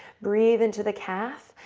breathe into the calf.